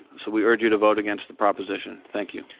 so we urge you to vote against the proposition. thank you.